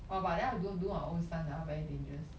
!wah! but then I have to do do my own stunts eh 他 very dangerous